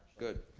good.